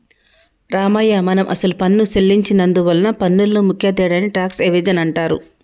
రామయ్య మనం అసలు పన్ను సెల్లించి నందువలన పన్నులో ముఖ్య తేడాని టాక్స్ ఎవేజన్ అంటారు